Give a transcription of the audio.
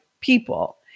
people